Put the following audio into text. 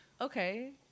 Okay